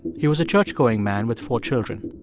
he was a churchgoing man with four children.